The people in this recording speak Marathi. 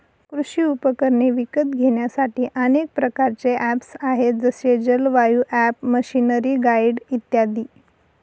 कृषी उपकरणे विकत घेण्यासाठी अनेक प्रकारचे ऍप्स आहेत जसे जलवायु ॲप, मशीनरीगाईड इत्यादी